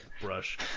brush